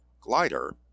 glider